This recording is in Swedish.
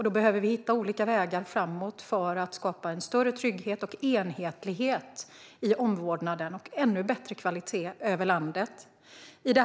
Vi behöver hitta olika vägar framåt för att skapa en större trygghet och enhetlighet i omvårdnaden och ännu bättre kvalitet över landet.